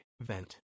vent